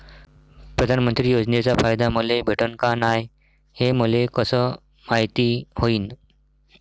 प्रधानमंत्री योजनेचा फायदा मले भेटनं का नाय, हे मले कस मायती होईन?